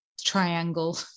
triangle